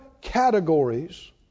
categories